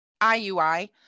IUI